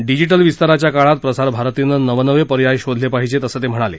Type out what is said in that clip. digital विस्ताराच्या काळात प्रसार भारतीनं नव नवे पर्याय शोधले पाहिजेत असं ते म्हणाले